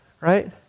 Right